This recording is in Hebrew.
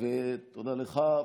תודה לך,